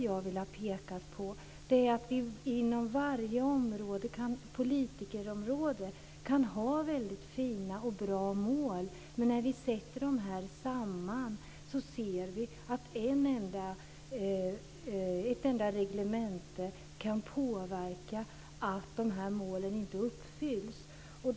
Jag vill peka på att vi inom varje politikområde kan ha fina mål. Men ett enda reglemente kan medverka till att målen inte uppfylls.